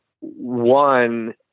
one